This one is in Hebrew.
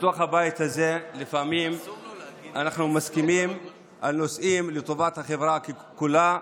שבתוך הבית הזה לפעמים אנחנו מסכימים על נושאים לטובת החברה כולה.